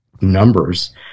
numbers